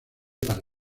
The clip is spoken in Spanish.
para